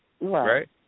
Right